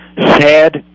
sad